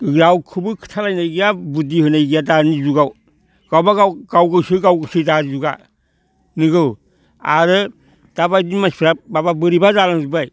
रावखौबो खोथालायनाय गैया बुद्धि होनाय गैया दानि जुगाव गावबा गाव गाव गोसो गाव गोसो दानि जुगा नोंगौ आरो दाबायदि मानसिफ्रा माबा बोरैबा जालांजोबबाय